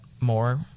more